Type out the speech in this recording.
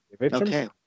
Okay